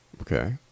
Okay